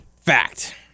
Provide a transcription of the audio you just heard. Fact